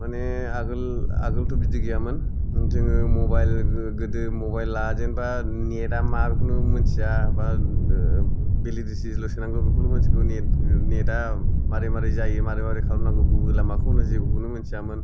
माने आगोल आगोलथ' बिदि गैयामोन जोङो मबाइल हो गोदो मबाइला जेनबा नेट आ मा बेखौनो मोनथिया बा ओ बेलिडिटि ल' सोनांगौ बेखौल' मोनथिगौ नेट ओ नेटा मारै मारै जायो मारै मारै खालामनांगौ गुगोला माखौ होनो जेबोखौनो मोनथियामोन